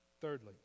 Thirdly